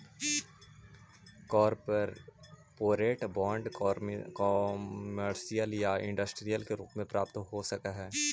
corporate bond commercial या industrial रूप में प्राप्त हो सकऽ हई